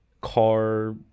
car